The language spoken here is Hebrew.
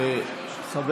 חבר